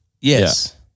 Yes